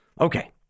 Okay